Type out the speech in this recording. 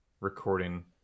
recording